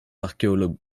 archéologues